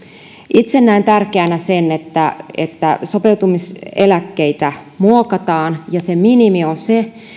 itse näen tärkeänä että että sopeutumiseläkkeitä muokataan ja se minimi on se